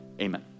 Amen